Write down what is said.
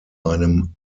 einem